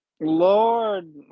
Lord